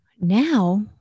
Now